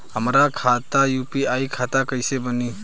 हमार खाता यू.पी.आई खाता कईसे बनी?